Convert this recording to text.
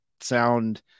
sound